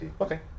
Okay